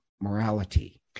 morality